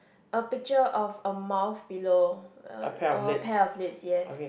a picture of a mouth below uh or a pair of lips yes